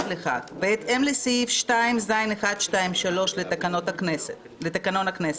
הנושאים בהם תעסוק הרשות הם בתחום עניינה של ועדת העבודה,